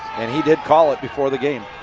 and he did call it before the game.